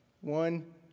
One